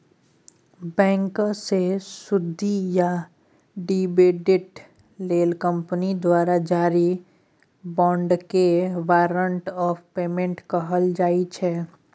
बैंकसँ सुदि या डिबीडेंड लेल कंपनी द्वारा जारी बाँडकेँ बारंट आफ पेमेंट कहल जाइ छै